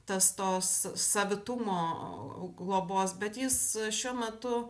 tas tos savitumo globos bet jis šiuo metu